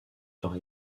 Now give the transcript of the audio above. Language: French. sera